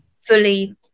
fully